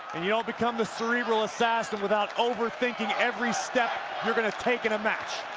and you don't become the cerebral assassin without overthinking every step you're gonna take in a match.